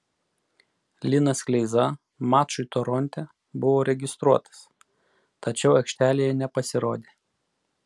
linas kleiza mačui toronte buvo registruotas tačiau aikštelėje nepasirodė